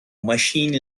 machine